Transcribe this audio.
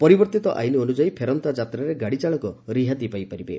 ପରିବର୍ତ୍ତିତ ଆଇନ ଅନୁଯାୟୀ ଫେରନ୍ତା ଯାତ୍ରାରେ ଗାଡ଼ିଚାଳକ ରିହାତି ପାଇପାରିବେ